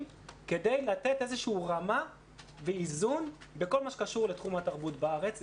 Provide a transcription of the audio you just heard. כדי לתת איזה שהיא רמה ואיזון בכל מה שקשור בתחום התרבות בארץ,